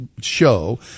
show